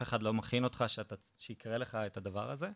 אחד לא מכין אותך שיקרה לך את הדבר הזה.